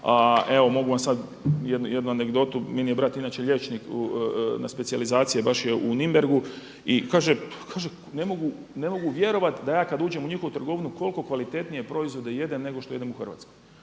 Evo mogu vam sad jednu anegdotu. Meni je brat inače liječnik, na specijalizaciji je baš u Nunbergu i kaže pa ne mogu vjerovati da kad uđem u njihovu trgovinu koliko kvalitetnije proizvode jedem nego što jedem u Hrvatskoj.